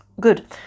Good